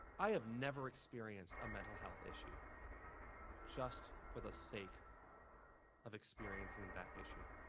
i have never experienced a mental health issue just for the sake of experiencing that issue.